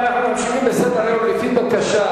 בעד, 14,